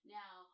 now